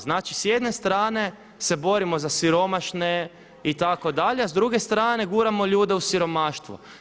Znači s jedne strane se borimo za siromašne itd., a s druge strane guramo ljude u siromaštvo.